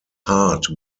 heart